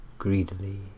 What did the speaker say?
Greedily